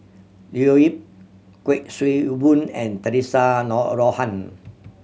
Leo Yip Kuik Swee Boon and Theresa Noronha